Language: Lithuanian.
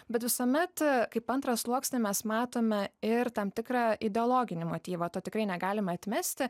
bet visuomet kaip antrą sluoksnį mes matome ir tam tikrą ideologinį motyvą to tikrai negalima atmesti